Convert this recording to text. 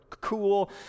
cool